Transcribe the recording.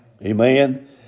Amen